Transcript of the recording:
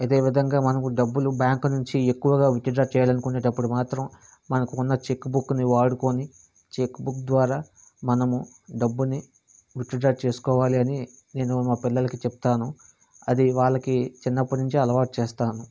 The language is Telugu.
అదేవిధంగా మనకు డబ్బులు బ్యాంకు నుంచి ఎక్కువగా విత్డ్రా చేయాలనుకునేటప్పుడు మాత్రం మనకు ఉన్న చెక్ బుక్ని వాడుకొని చెక్ బుక్ ద్వారా మనము డబ్బును విత్డ్రా చేసుకోవాలి అని నేను మా పిల్లలకు చెప్తాను అది వాళ్ళకి చిన్నప్పటి నుంచే అలవాటు చేస్తాను